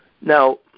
Now